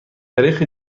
طریق